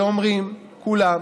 אומרים כולם